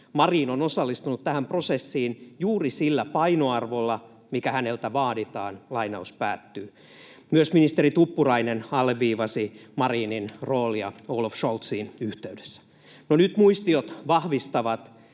”Marin on osallistunut tähän prosessiin juuri sillä painoarvolla, mikä häneltä vaaditaan.” Myös ministeri Tuppurainen alleviivasi Marinin roolia yhteydessä Olaf Scholziin. No, nyt muistiot vahvistavat,